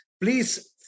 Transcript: please